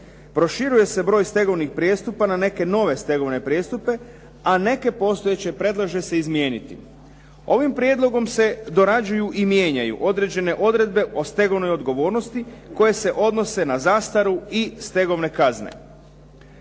Proširuje se broj stegovnih prijestupa na neke nove stegovne prijestupe, a neke postojeće predlaže se izmijeniti. Ovim prijedlogom se dorađuju i mijenjaju određene odredbe o stegovnoj odgovornosti koje se odnose na zastaru i stegovne kazne.